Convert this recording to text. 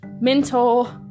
mental